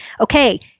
Okay